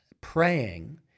praying